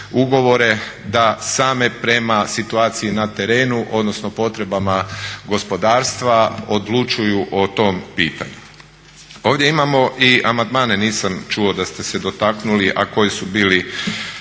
ugovore da same prema situaciji na terenu odnosno potrebama gospodarstva odlučuju o tom pitanju. Ovdje imamo i amandmane, nisam čuo da ste se dotaknuli, a koji su bili